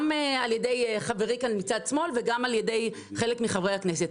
על-ידי חברי מצד שמאל וגם על-ידי חלק מחברי הכנסת.